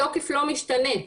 התוקף לא משתנה.